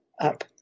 up